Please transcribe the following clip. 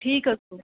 ٹھیٖک حظ چھُ